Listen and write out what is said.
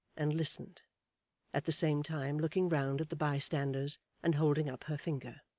and listened at the same time looking round at the bystanders, and holding up her finger.